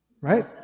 right